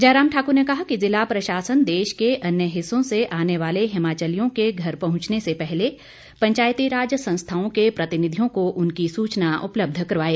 जयराम ठाक्र ने कहा कि जिला प्रशासन देश के अन्य हिस्सों से आने वाले हिमाचलियों के घर पहुंचने से पहले पंचायतीराज संस्थाओं के प्रतिनिधियों को उनकी सूचना उपलब्ध करवाए